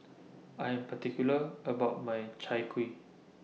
I Am particular about My Chai Kuih